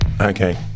Okay